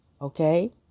okay